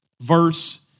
verse